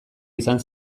izan